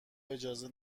اجازه